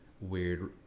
weird